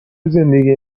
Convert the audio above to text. زندگی